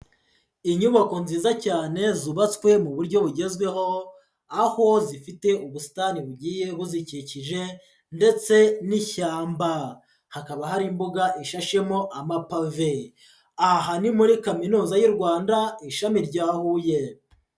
Inyubako nziza cyane zubatswe mu buryo bugezweho, aho zifite ubusitani bugiye buzikikije ndetse n'ishyamba, hakaba hari imbuga ishashemo amapave. Aha ni muri Kaminuza y'u Rwanda, ishami rya Huye.